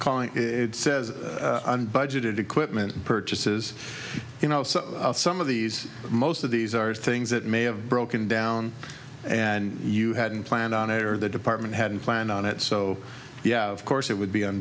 calling it says unbudgeted equipment purchases you know some of these most of these are things that may have broken down and you hadn't planned on it or the department hadn't planned on it so yeah of course it would be